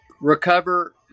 Recover